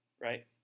right